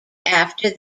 after